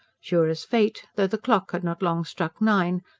sure as fate, though the clock had not long struck nine,